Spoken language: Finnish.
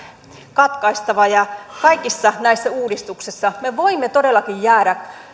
katkaistava kaikissa näissä uudistuksissa me voimme todellakin jäädä